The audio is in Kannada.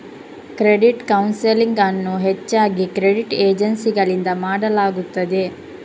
ಕ್ರೆಡಿಟ್ ಕೌನ್ಸೆಲಿಂಗ್ ಅನ್ನು ಹೆಚ್ಚಾಗಿ ಕ್ರೆಡಿಟ್ ಏಜೆನ್ಸಿಗಳಿಂದ ಮಾಡಲಾಗುತ್ತದೆ